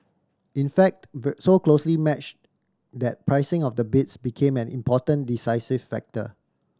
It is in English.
in fact so closely matched that pricing of the bids became an important decisive factor